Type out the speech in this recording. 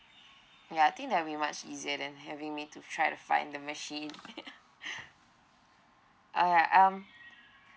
ya I think that will be much easier than having me to try find the machine orh ya um